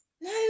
No